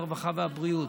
הרווחה והבריאות.